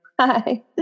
Hi